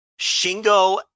Shingo